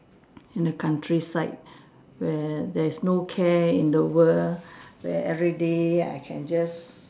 in the countryside where there is no care in the world where everyday I can just